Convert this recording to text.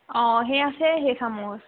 অঁ হে আছে হেখান মোৰ